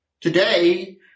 Today